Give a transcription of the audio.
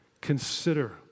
consider